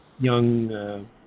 young